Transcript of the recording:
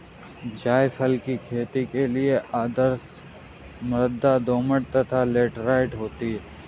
जायफल की खेती के लिए आदर्श मृदा दोमट तथा लैटेराइट होती है